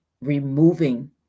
removing